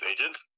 agent